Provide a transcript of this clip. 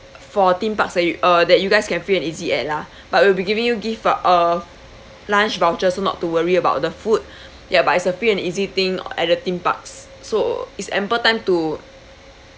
for theme parks that you uh that you guys can free and easy at lah but we'll be giving you give vou~ uh lunch vouchers so not to worry about the food ya but it's a free and easy thing at the theme parks so is ample time to